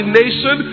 nation